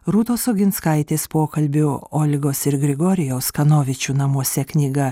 rūtos oginskaitės pokalbių olgos ir grigorijaus kanovičių namuose knyga